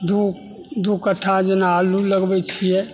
दू दू कट्ठा जेना आलू लगबैत छियै